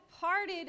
parted